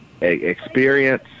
experience